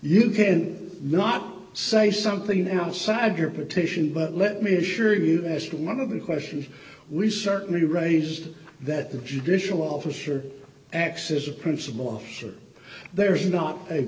you can not say something outside your petition but let me assure you asked one of the questions we certainly raised that the judicial officer acts as a principal officer there is not a